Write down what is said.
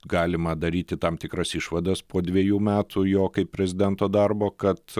galima daryti tam tikras išvadas po dvejų metų jo kaip prezidento darbo kad